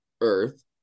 earth